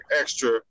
extra